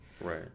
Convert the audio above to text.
right